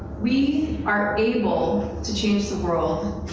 we are able to change the world,